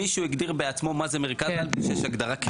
מישהו הגדיר בעצמו מה זה מרכז-על או שיש הגדרה קיימת?